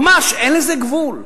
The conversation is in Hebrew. ממש אין לזה גבול.